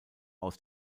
aus